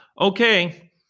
Okay